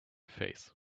face